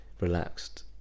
relaxed